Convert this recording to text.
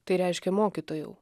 tai reiškia mokytojau